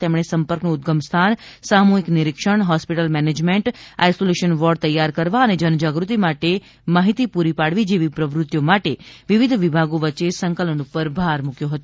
તેમણે સંપર્કનું ઉદગમસ્થાન સામૂહિક નિરીક્ષણ હોસ્પીટલ મેનેજમેન્ટ આઈસોલેશન વોર્ડ તૈયાર કરવા અને જનજાગૃતિ માટે માહિતી પુરી પાડવી જેવી પ્રવૃતિઓ માટે વિવિધ વિભાગો વચ્ચે સંકલન પર ભાર મૂક્યો હતો